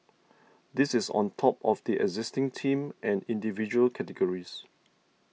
this is on top of the existing Team and Individual categories